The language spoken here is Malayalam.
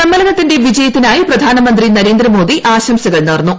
സമ്മേളനത്തിന്റെ വിജയത്തിനായി പ്രധാനമന്ത്രി നരേന്ദ്രമോദി ആശംസകൾ നേർന്നു